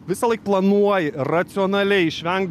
visąlaik planuoji racionaliai išvengt